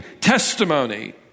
testimony